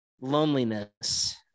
loneliness